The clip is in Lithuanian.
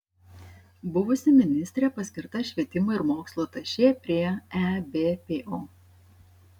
buvusi ministrė paskirta švietimo ir mokslo atašė prie ebpo